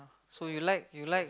so you like you like